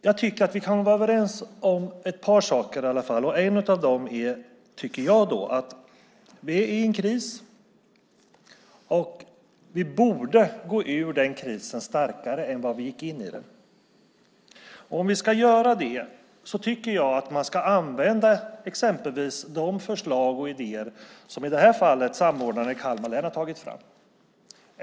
Jag tycker att vi kan vara överens om ett par saker i alla fall. En av dem är att vi är i en kris och att vi borde gå ur den krisen starkare än vi gick in i den. Om vi ska göra det tycker jag att man ska använda exempelvis de förslag och idéer som samordnarna i Kalmar län har tagit fram.